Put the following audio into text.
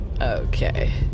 okay